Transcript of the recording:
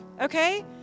okay